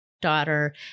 daughter